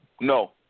No